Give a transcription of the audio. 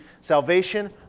salvation